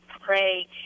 pray